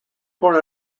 born